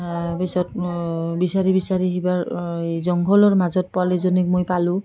পিছত বিচাৰি বিচাৰি সেইবাৰ এই জংঘলৰ মাজত পোৱালোজনীক মই পালোঁ